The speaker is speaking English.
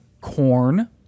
Corn